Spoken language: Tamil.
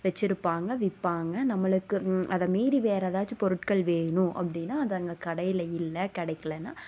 வச்சுருப்பாங்க விற்பாங்க நம்மளுக்கு அதை மீறி வேறு ஏதாச்சும் பொருட்கள் வேணும் அப்படினா அதை அங்கே கடையில் இல்லை கிடக்கிலன்னா